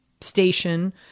station